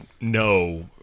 no